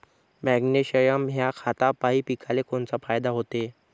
Magnesium ह्या खतापायी पिकाले कोनचा फायदा होते?